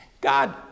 God